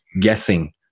guessing